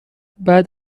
بعد